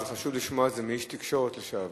חשוב לשמוע את זה מאיש תקשורת לשעבר.